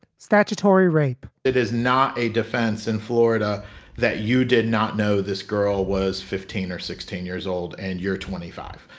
statutory rape. it is not a defense in florida that you did not know. this girl was fifteen or sixteen years old and you're twenty five.